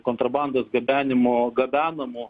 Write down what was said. kontrabandos gabenimo gabenamų